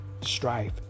Strife